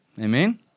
Amen